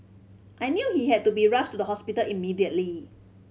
I knew he had to be rushed to the hospital immediately